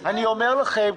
בחייך --- אני אומר לכם,